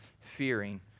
fearing